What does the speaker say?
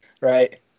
right